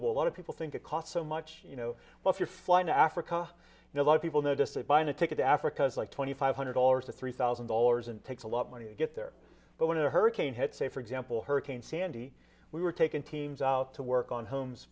a lot of people think it costs so much you know what you're flying to africa and a lot of people noticed that buying a ticket to africa is like twenty five hundred dollars to three thousand dollars and takes a lot of money to get there but when the hurricane hit say for example hurricane sandy we were taken teams out to work on homes